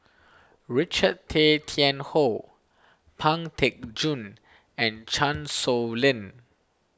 Richard Tay Tian Hoe Pang Teck Joon and Chan Sow Lin